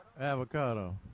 avocado